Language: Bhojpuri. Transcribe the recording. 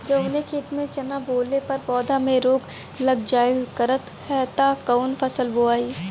जवने खेत में चना बोअले पर पौधा में रोग लग जाईल करत ह त कवन फसल बोआई?